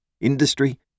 industry